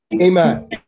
Amen